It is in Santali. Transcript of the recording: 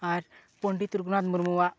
ᱟᱨ ᱯᱚᱱᱰᱤᱛ ᱨᱟᱹᱜᱷᱩᱱᱟᱛᱷ ᱢᱩᱨᱢᱩᱣᱟᱜ